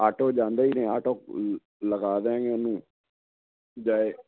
auto ਜਾਂਦੇ ਹੀ ਨੇ ਆਟੋ ਲਗਵਾ ਦਿਆਂਗੇ ਉਹਨੂੰ ਜਾਏ